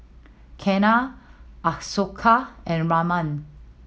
Ketna Ashoka and Raman